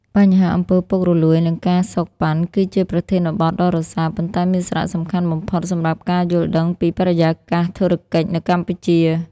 បញ្ហាអំពើពុករលួយ និងការសូកប៉ាន់ គឺជាប្រធានបទដ៏រសើប ប៉ុន្តែមានសារៈសំខាន់បំផុតសម្រាប់ការយល់ដឹងពីបរិយាកាសធុរកិច្ចនៅកម្ពុជា។